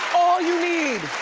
all you need.